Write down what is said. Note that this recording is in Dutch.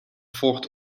fort